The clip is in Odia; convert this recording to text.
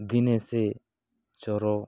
ଦିନେ ସେ ଚୋର